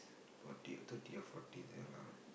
forty thirty or forty say lah